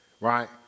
right